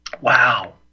Wow